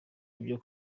ibyo